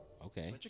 Okay